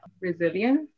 resilience